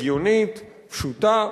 הגיונית, פשוטה,